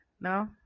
no